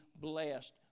blessed